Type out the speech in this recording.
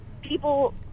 people